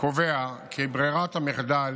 קובע כי ברירת המחדל